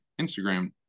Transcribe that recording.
Instagram